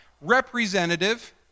Representative